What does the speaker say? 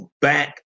back